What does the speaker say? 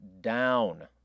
down